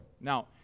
Now